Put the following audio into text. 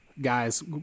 guys